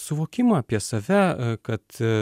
suvokimą apie save kad